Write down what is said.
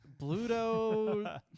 Bluto